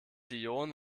ionen